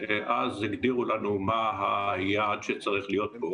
אז הגדירו לנו מה היעד שצריך להיות פה.